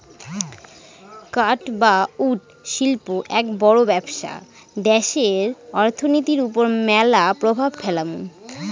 কাঠ বা উড শিল্প এক বড় ব্যবসা দ্যাশের অর্থনীতির ওপর ম্যালা প্রভাব ফেলামু